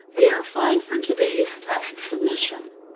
they are fine for today's test submission.